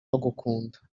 bagukunda